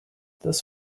this